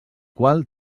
qual